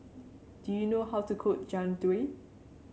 do you know how to cook Jian Dui